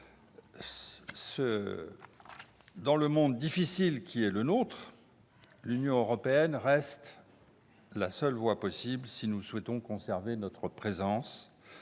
Dans le monde difficile qui est le nôtre, l'Union européenne reste la seule voie possible si nous souhaitons conserver notre présence